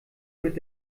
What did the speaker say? mit